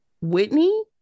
Whitney